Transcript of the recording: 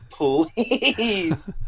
please